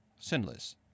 sinless